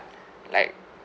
like